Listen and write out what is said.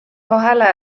vahele